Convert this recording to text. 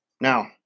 now